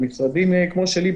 משרדים כמו שלי,